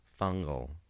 fungal